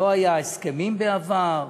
לא היו הסכמים בעבר?